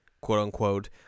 quote-unquote